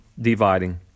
dividing